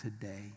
today